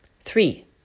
Three